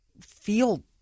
feel